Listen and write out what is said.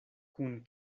kun